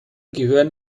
gehören